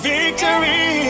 victory